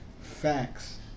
facts